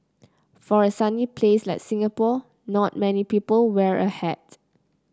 for a sunny place like Singapore not many people wear a hat